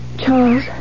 Charles